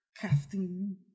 casting